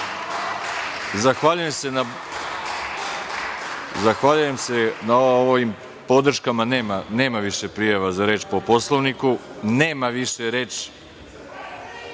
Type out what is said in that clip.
)Zahvaljujem se na ovim podrškama. Nema više prijava za reč po Poslovniku, nema. Da